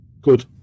Good